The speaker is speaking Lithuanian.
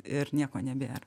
ir nieko nebėra